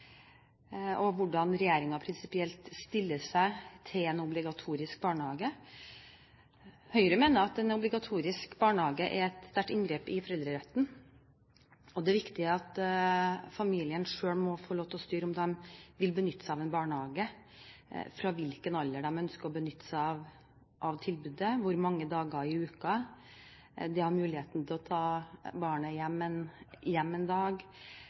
og hvordan regjeringen prinsipielt stiller seg til en obligatorisk barnehage. Høyre mener at en obligatorisk barnehage er et sterkt inngrep i foreldreretten. Det er viktig at familien selv må få lov til å styre om de vil benytte seg av en barnehage, fra hvilken alder de ønsker å benytte seg av tilbudet, hvor mange dager i uken, og at de har mulighet til å ta barna hjem en